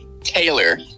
Taylor